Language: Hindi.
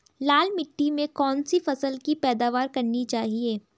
लाल मिट्टी में कौन सी फसल की पैदावार करनी चाहिए?